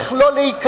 איך לא להיכנע,